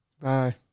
Bye